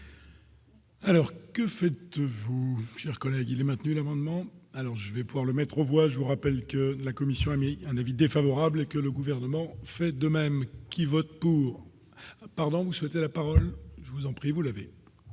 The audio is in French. Alors que faites-vous, chers collègues, il est maintenu le moment alors je vais pouvoir le mettre aux voix, je vous rappelle que la commission a émis un avis défavorable et que le gouvernement fait de même, qui vote pour, pardon, vous souhaitez la parole, je vous en prie, vous l'avez.